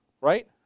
right